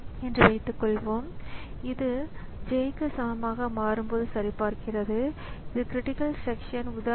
எனவே அவை சிஸ்டம் டீமன்கள் என்று அழைக்கப்படுகின்றன மேலும் கணினியால் வழங்கப்படும் சில சேவைகள் உள்ளன